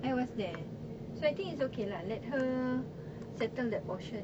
I was there so I think it's okay lah let her settle that portion